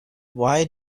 why